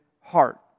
heart